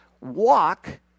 walk